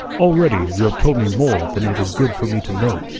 already you have told me more than it is good for me to know.